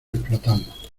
explotamos